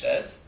says